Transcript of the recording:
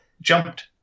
Jumped